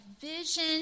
vision